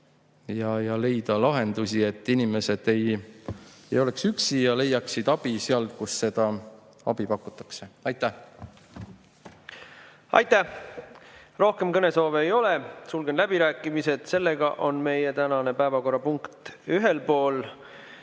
ja leida lahendusi, et inimesed ei oleks üksi ja leiaksid abi sealt, kus seda pakutakse. Aitäh! Aitäh! Rohkem kõnesoove ei ole. Sulgen läbirääkimised. Sellega on meie tänane päevakorrapunkt ühel pool